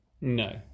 No